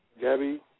Gabby